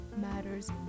matters